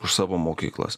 už savo mokyklos